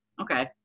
okay